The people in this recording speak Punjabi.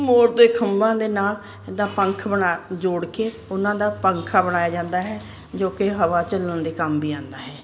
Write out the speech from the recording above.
ਮੋਰ ਦੇ ਖੰਭਾਂ ਦੇ ਨਾਲ ਦਾ ਪੰਖ ਬਣਾ ਜੋੜ ਕੇ ਉਹਨਾਂ ਦਾ ਪੰਖਾ ਬਣਾਇਆ ਜਾਂਦਾ ਹੈ ਜੋ ਕਿ ਹਵਾ ਝੱਲਣ ਦੇ ਕੰਮ ਵੀ ਆਉਂਦਾ ਹੈ